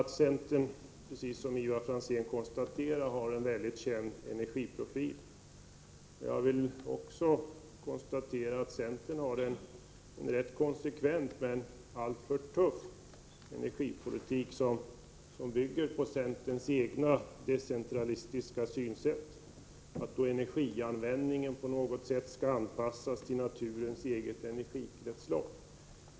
Det är riktigt, som Ivar Franzén här konstaterar, att centern har en känd energiprofil. Jag kan då konstatera att centern har en rätt konsekvent men en alltför tuff energipolitik, som bygger på centerns egna decentralistiska synsätt att energianvändningen på något sätt skall anpassas till naturens eget energikretslopp.